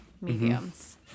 mediums